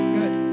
good